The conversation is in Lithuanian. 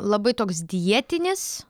labai toks dietinis